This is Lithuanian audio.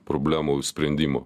problemų sprendimo